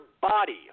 body